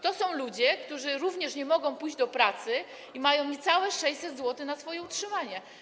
To są ludzie, którzy również nie mogą pójść do pracy i mają niecałe 600 zł na swoje utrzymanie.